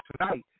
tonight